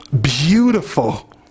beautiful